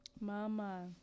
Mama